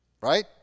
right